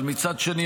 אבל מצד שני,